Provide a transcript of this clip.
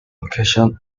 location